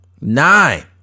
Nine